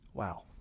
wow